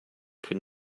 could